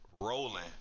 rolling